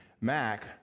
Mac